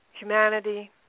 humanity